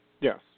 Yes